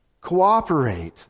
Cooperate